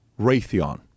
Raytheon